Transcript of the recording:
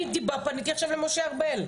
אני פניתי עכשיו למשה ארבל.